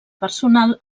personal